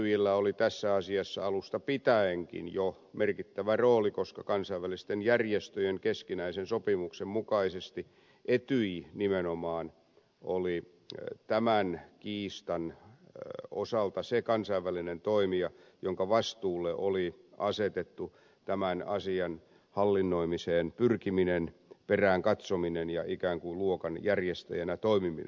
etyjillä oli tässä asiassa alusta pitäenkin jo merkittävä rooli koska kansainvälisten järjestöjen keskinäisen sopimuksen mukaisesti etyj nimenomaan oli tämän kiistan osalta se kansainvälinen toimija jonka vastuulle oli asetettu tämän asian hallinnoimiseen pyrkiminen peräänkatsominen ja ikään kuin luokan järjestäjänä toimiminen